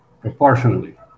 proportionally